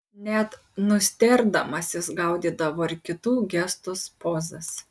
net nustėrdamas jis gaudydavo ir kitų gestus pozas